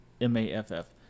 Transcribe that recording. M-A-F-F